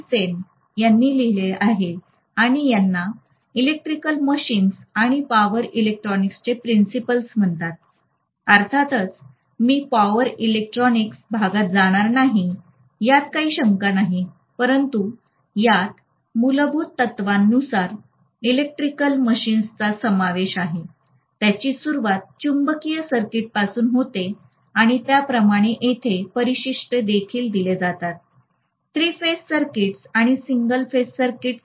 सेन यांनी लिहिले आहे आणि यांना इलेक्ट्रिकल मशीन्स आणि पॉवर इलेक्ट्रॉनिक्सचे प्रिन्सिपल्स म्हणतात अर्थातच मी पॉवर इलेक्ट्रॉनिक्स भागात जाणार नाही यात काही शंका नाही परंतु यात मूलभूत तत्त्वानुसार इलेक्ट्रिकल मशीन्सचा समावेश आहे त्याची सुरूवात चुंबकीय सर्किटपासून होते आणि त्याप्रमाणे येथे परिशिष्ट देखील दिले जातात थ्री फेज सर्किट्स आणि सिंगल फेज सर्किट्स